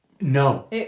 No